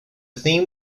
theme